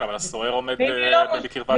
כן, אבל הסוהר עומד בטווח שמיעה.